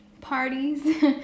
parties